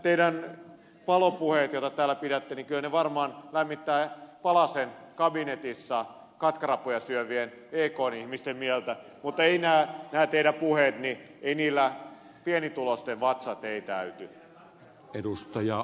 nämä teidän palopuheenne joita täällä pidätte kyllä varmaan lämmittävät palacen kabinetissa katkarapuja syövien ekn ihmisten mieltä mutta ei näillä teidän puheillanne pienituloisten vatsat täyty